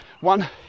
one